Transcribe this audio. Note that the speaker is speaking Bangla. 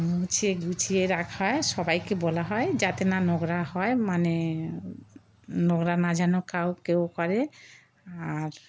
মুছিয়ে গুছিয়ে রাখা হয় সবাইকে বলা হয় যাতে না নোংরা হয় মানে নোংরা না যেন কাউ কেউ করে আর